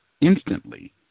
instantly